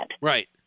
Right